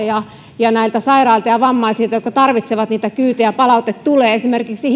ja sitä kansalaispalautetta näiltä sairailta ja vammaisilta jotka tarvitsevat niitä kyytejä tulee esimerkiksi